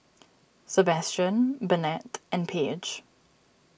Sebastian Burnett and Paige